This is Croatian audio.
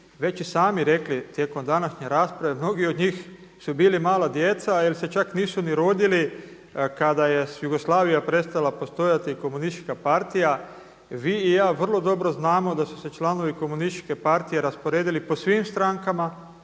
već i sami rekli tijekom današnje rasprave mnogi od njih su bili mala djeca ili se čak nisu ni rodili kada je Jugoslavija prestala postojati i Komunistička partija. Vi i ja vrlo dobro znamo da su se članovi Komunističke partije rasporedili po svim strankama